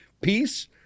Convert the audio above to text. Peace